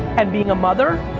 and being a mother,